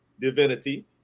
divinity